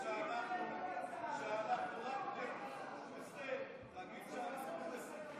כבוד יושב-ראש הישיבה ----- לא מספיק נאמנים.